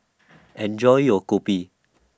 Enjoy your Kopi